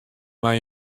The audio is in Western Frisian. mei